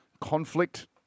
conflict